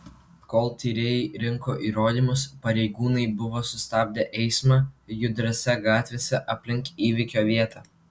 kol tyrėjai rinko įrodymus pareigūnai buvo sustabdę eismą judriose gatvėse aplink įvykio vietą